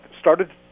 started